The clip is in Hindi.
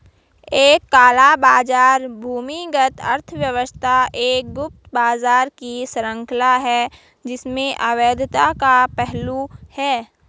एक काला बाजार भूमिगत अर्थव्यवस्था एक गुप्त बाजार की श्रृंखला है जिसमें अवैधता का पहलू है